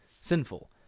sinful